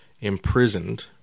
imprisoned